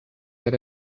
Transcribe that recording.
that